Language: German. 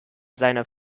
seiner